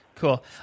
Cool